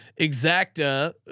exacta